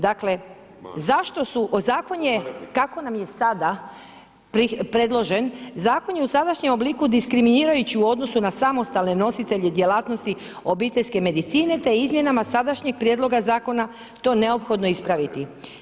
Dakle, zašto su, zakon je kako nam je sada predložen zakon je u sadašnjem obliku diskriminirajući u odnosu na samostalne nositelje djelatnosti obiteljske medicine te izmjenama sadašnjeg prijedloga zakona to je neophodno ispraviti.